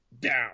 down